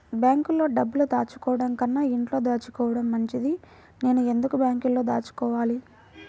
బ్యాంక్లో డబ్బులు దాచుకోవటంకన్నా ఇంట్లో దాచుకోవటం మంచిది నేను ఎందుకు బ్యాంక్లో దాచుకోవాలి?